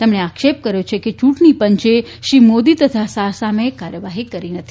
તેમજો આક્ષેપ કર્યો છે કે ચૂંટજી પંચ શ્રી મોદી તથા શાહ સામે કાર્યવાહી કરી નથી